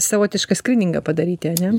savotišką skryningą padaryti ane